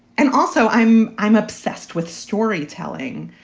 and also, i'm i'm obsessed with storytelling.